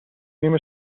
نیم